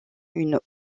une